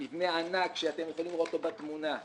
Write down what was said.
מבנה ענק שאתם יכולים לראות אותו בתמונה.